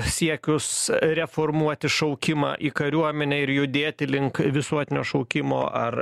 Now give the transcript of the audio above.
siekius reformuoti šaukimą į kariuomenę ir judėti link visuotinio šaukimo ar